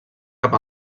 cap